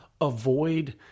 avoid